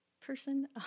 person